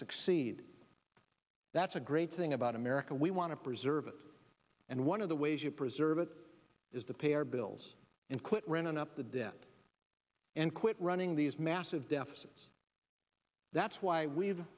succeed that's a great thing about america we want to preserve it and one of the ways you preserve it is the pay our bills and quit running up the debt and quit running these massive deficits that's why we've